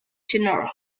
general